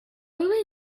will